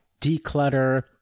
declutter